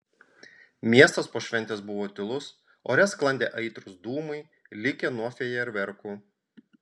miestas po šventės buvo tylus ore sklandė aitrūs dūmai likę nuo fejerverkų